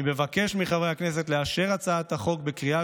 אני מבקש מחברי הכנסת לאשר את הצעת החוק בקריאה